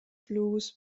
blues